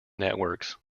networks